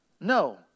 No